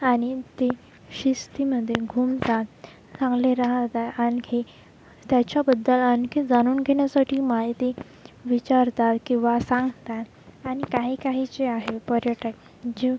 आणि ते शिस्तीमध्ये घुमतात चांगले राहतात आणखी त्याच्याबद्दल आणखी जाणून घेण्यासाठी माहिती विचारतात किंवा सांगतात आणि काही काही जे आहे पर्यटक जो